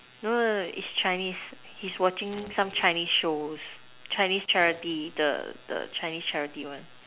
no no no it's Chinese he's watching some Chinese shows Chinese charity the the Chinese charity one